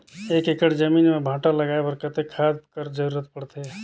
एक एकड़ जमीन म भांटा लगाय बर कतेक खाद कर जरूरत पड़थे?